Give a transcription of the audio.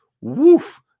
woof